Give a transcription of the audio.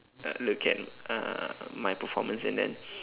uh look at uh my performance and then